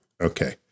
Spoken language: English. Okay